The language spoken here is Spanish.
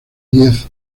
diez